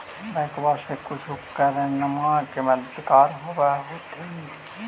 बैंकबा से कुछ उपकरणमा के मददगार होब होतै भी?